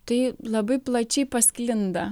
tai labai plačiai pasklinda